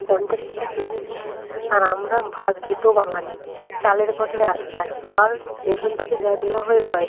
পঞ্চাশ টাকা কেজি মুড়ি আর আমরা ভাত ভেতো বাঙালি চালের কথায় আসা যাক চাল রেশন থেকে যা দেওয়া হয় হয়